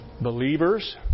Believers